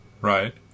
Right